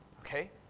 Okay